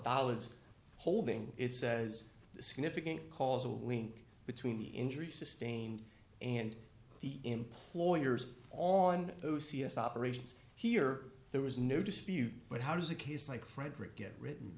d holding it says the significant causal link between the injury sustained and the employers on o c s operations here there is no dispute but how does a case like frederick get written